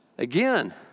Again